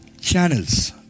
channels